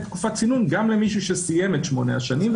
תקופת צינון גם למישהו שסיים את 8 השנים.